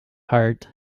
heart